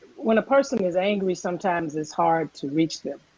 when a person is angry, sometimes it's hard to reach them.